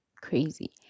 crazy